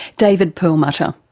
david perlmutter.